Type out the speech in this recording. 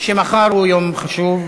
שמחר הוא יום חשוב.